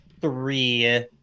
three